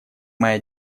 моя